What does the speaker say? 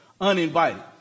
uninvited